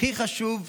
הכי חשוב לדבר.